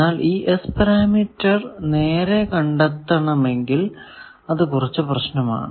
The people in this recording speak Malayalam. എന്നാൽ ഈ S പാരാമീറ്റർ നേരെ കണ്ടെത്തണമെങ്കിൽ അത് കുറച്ചു പ്രയാസമാണ്